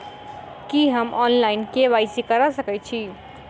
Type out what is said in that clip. की हम online, KYC करा सकैत छी?